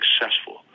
successful